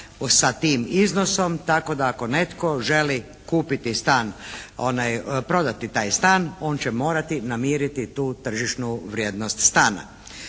sa tim iznosom, tako da ako netko želi kupiti, prodati taj stan. On će morati namiriti tu tržišnu vrijednost stana.